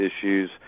issues